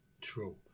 true